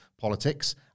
politics